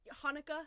hanukkah